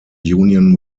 union